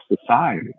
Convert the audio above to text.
society